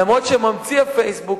למרות שממציא ה"פייסבוק",